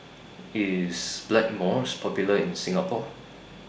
IS Blackmores Popular in Singapore